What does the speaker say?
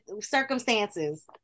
circumstances